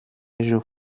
ellos